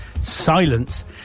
silence